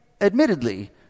Admittedly